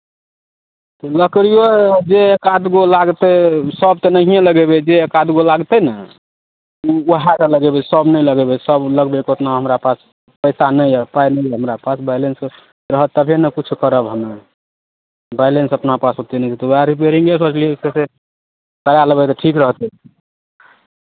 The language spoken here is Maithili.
तऽ लकड़ीओ जे एक आध गो लागतै सभ तऽ नहिए लगेबै जे एक आध गो लागतै ने उएह टा लगयबै सभ नहि लगयबै सभ लगबयके ओतना हमरा पास पैसा नहि यए पाइ नहि यए हमरा पास बैलेंस रहतह तबे ने किछु करब हम्मे बैलेंस अपना पास ओतेक नहि उएह रिपेयरिंग सोचलियै करा लेबै तऽ ठीक रहतै